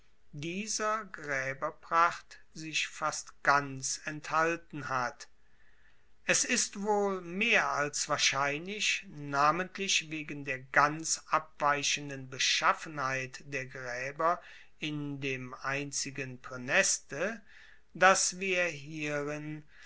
dieser graeberpracht sich fast ganz enthalten hat es ist wohl mehr als wahrscheinlich namentlich wegen der ganz abweichenden beschaffenheit der graeber in dem einzigen praeneste dass wir hierin